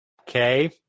Okay